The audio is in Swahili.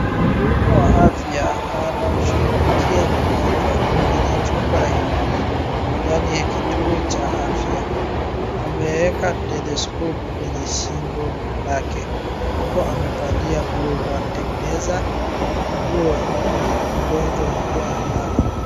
Mhudumu wa afya anamshughulikia mgonjwa kwenye chumba hii ndani ya kituo cha afya. ameeka teleskopu kwenye shingo lake huku amevalia glovu, anatengeneza nguo ya mgonjwa huku amelala.